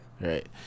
right